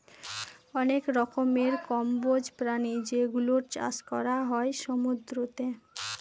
অনেক রকমের কম্বোজ প্রাণী যেগুলোর চাষ করা হয় সমুদ্রতে